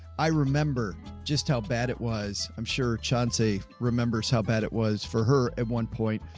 i remember just how bad it was. i'm sure chauncey remembers how bad it was for her at one point.